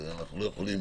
אנחנו לא יכולים